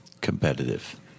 competitive